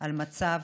על מצב